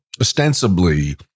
ostensibly